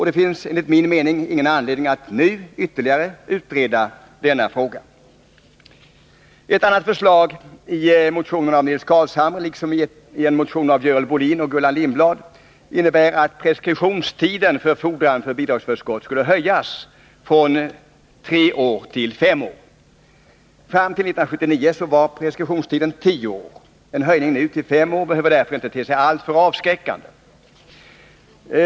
Det finns enligt min mening ingen anledning att nu ytterligare utreda denna. Ett annat förslag i motionen av Nils Carlshamre m.fl. liksom i en motion av Görel Bohlin och Gullan Lindblad innebär att preskriptionstiden för fordran för bidragsförskott skulle förlängas från tre till fem år. Fram till 1979 var preskriptionstiden tio år. En förlängning nu till fem år behöver därför inte te sig alltför avskräckande.